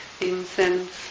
incense